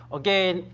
again,